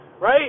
right